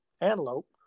antelope